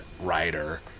writer